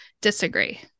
Disagree